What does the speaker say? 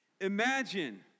Imagine